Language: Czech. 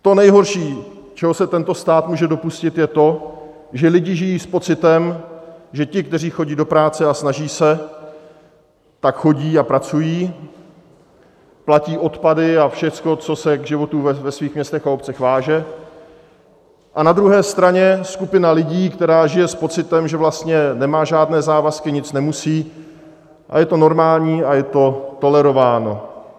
To nejhorší, čeho se tento stát může dopustit, je to, že lidi žijí s pocitem, že ti, kteří chodí do práce a snaží se, tak chodí a pracují, platí odpady a všechno, co se k životu ve svých městech a obcích váže, a na druhé straně skupina lidí, která žije s pocitem, že vlastně nemá žádné závazky, nic nemusí, je to normální a je to tolerováno.